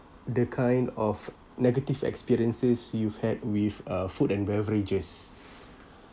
the kind of negative experiences you've had with uh food and beverages